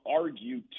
argue